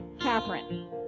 Catherine